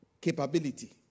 capability